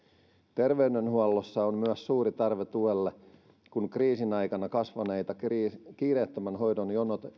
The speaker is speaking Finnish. terveydenhuollossa on myös suuri tarve tuelle kun kriisin aikana kasvaneita kiireettömän hoidon